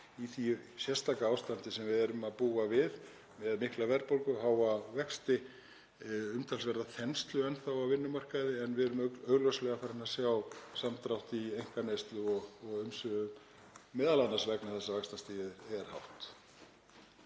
í því sérstaka ástandi sem við búum við, með mikla verðbólgu, háa vexti og umtalsverða þenslu enn þá á vinnumarkaði. En við erum augljóslega farin að sjá samdrátt í einkaneyslu og umsvifum, m.a. vegna þess að vaxtastigið er hátt.